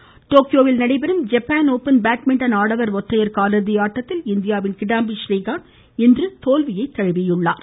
badminton டோக்கியோவில் நடைபெறும் Japan open badminton ஆடவர் ஒற்றையர் காலிறுதி ஆட்டத்தில் இந்தியாவின் கிடாம்பி றீகாந்த் தோல்வியை தழுவினார்